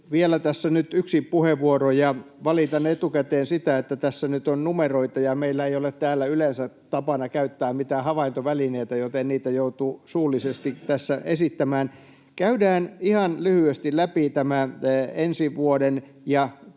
vielä yksi puheenvuoro tässä, ja valitan etukäteen sitä, että tässä nyt on numeroita, ja meillä ei ole täällä yleensä tapana käyttää mitään havaintovälineitä, joten niitä joutuu suullisesti tässä esittämään. Käydään ihan lyhyesti läpi tämä ensi vuoden